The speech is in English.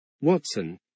Watson